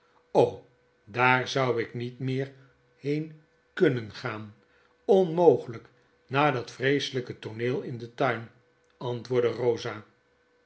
daar zou ik niet meer heen kunnen gaan onmogelijk na dat vreeselijketooneelin den tuin antwoordde rosa